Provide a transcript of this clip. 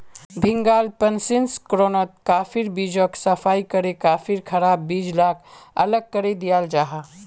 भीन्गाल प्रशंस्कर्नोत काफिर बीजोक सफाई करे काफिर खराब बीज लाक अलग करे दियाल जाहा